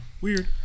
weird